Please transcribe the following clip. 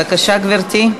בבקשה, גברתי.